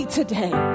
today